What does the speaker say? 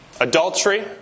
adultery